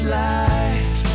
life